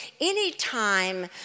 anytime